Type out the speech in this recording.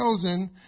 chosen